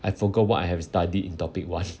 I forgot what I have studied in topic one